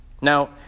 Now